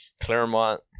Claremont